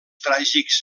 tràgics